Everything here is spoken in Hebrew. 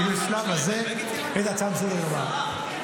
בשלב הזה תרד ההצעה מסדר-יומה.